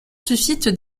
suscitent